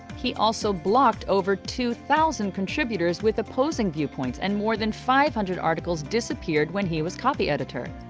he also blocked over two thousand contributors with opposing viewpoints and more than five hundred articles disappeared when he was copy editor.